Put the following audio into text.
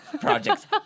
Project